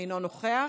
אינו נוכח.